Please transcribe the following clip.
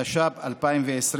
התש"ף 2020,